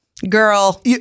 Girl